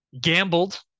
gambled